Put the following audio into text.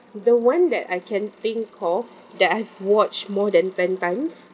the one that I can think of that I've watched more than ten times